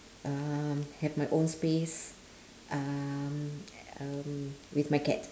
um have my own space um um with my cat